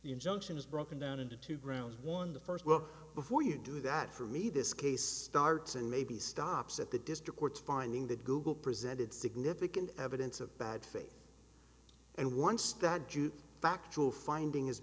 injunction is broken down into two grounds one the first well before you do that for me this case starts and maybe stops at the district court's finding that google presented significant evidence of bad faith and once that jews factual finding has